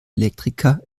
elektriker